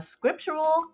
Scriptural